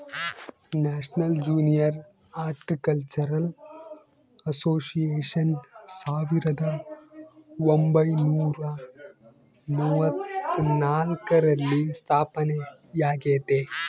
national junior horticultural association ಸಾವಿರದ ಒಂಬೈನುರ ಮೂವತ್ನಾಲ್ಕರಲ್ಲಿ ಸ್ಥಾಪನೆಯಾಗೆತೆ